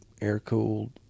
air-cooled